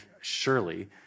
surely